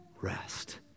rest